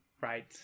Right